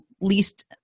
least